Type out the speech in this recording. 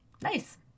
nice